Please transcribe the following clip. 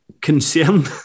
Concern